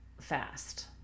fast